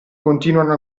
continuano